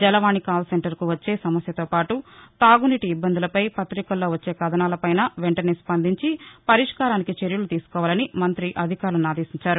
Jalavani call సెంటర్కు వచ్చే సమస్యలతోపాటు తాగునీటి ఇబ్బందులపై పత్రికల్లో వచ్చే కథనాలపైనా వెంటనే స్పందించి పరిష్కారానికి చర్యలు తీసుకోవాలని మంత్రి అధికారులను ఆదేశించారు